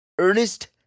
Ernest